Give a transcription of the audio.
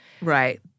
Right